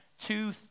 Two